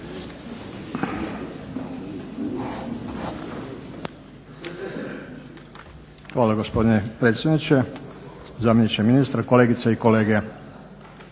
Hvala gospodine predsjedniče, zamjeniče ministra, kolegice i kolege.